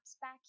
back